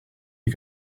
you